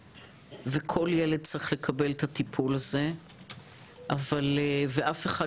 וכל ילד צריך לקבל את הטיפול הזה ואף אחד